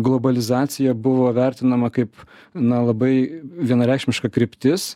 globalizacija buvo vertinama kaip na labai vienareikšmiška kryptis